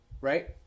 right